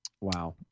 Wow